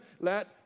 let